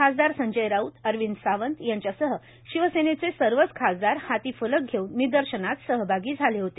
खासदार संजय राऊत अरविंद सावंत यांच्यासह शिवसेनेचे सर्वच खासदार हाती फलक घेऊन निदर्शनात सहभागी झाले होते